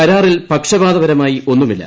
കരാറിൽ പക്ഷപാതൃപ്രമ്മായി ഒന്നുമില്ല